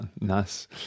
nice